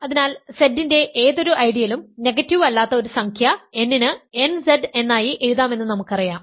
അതിനാൽ Z ന്റെ ഏതൊരു ഐഡിയലും നെഗറ്റീവ് അല്ലാത്ത ഒരു സംഖ്യ n ന് nZ എന്നായി എഴുതാമെന്ന് നമുക്കറിയാം